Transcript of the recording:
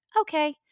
Okay